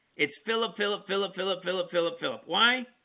it's phillip phillip phillip phillip phillip phillip phillip. why?